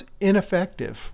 ineffective